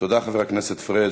תודה, חבר הכנסת פריג'.